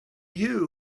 you